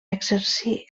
exercir